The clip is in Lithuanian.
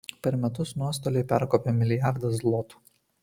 per metus nuostoliai perkopia milijardą zlotų